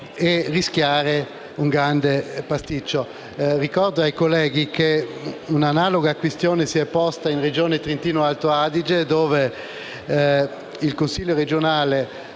di compiere un grande pasticcio. Ricordo ai colleghi che un'analoga questione si è posta in Regione Trentino-Alto Adige, dove il Consiglio regionale